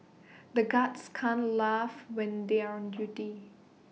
the guards can't laugh when they are on duty